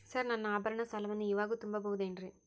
Sir ನನ್ನ ಆಭರಣ ಸಾಲವನ್ನು ಇವಾಗು ತುಂಬ ಬಹುದೇನ್ರಿ?